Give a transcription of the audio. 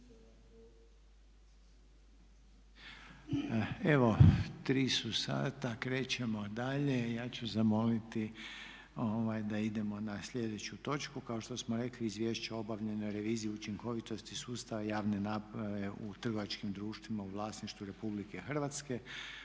Eto tri su sata, krećemo dalje. Ja ću zamoliti da idemo na sljedeću točku kao što smo rekli: - Izvješće o obavljenoj reviziji učinkovitosti sustava javne nabave u trgovačkim društvima u vlasništvu Republike Hrvatske;